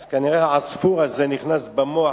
אז כנראה העספור הזה נכנס במוח,